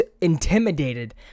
intimidated